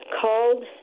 called